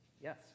Yes